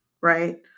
right